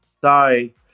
Sorry